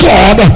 God